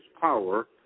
power